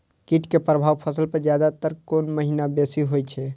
कीट के प्रभाव फसल पर ज्यादा तर कोन महीना बेसी होई छै?